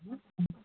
ம்